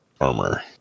armor